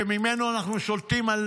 שממנו אנחנו שולטים על